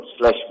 slash